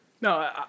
No